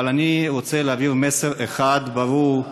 אבל אני רוצה להעביר מסר אחד ברור,